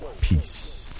peace